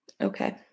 Okay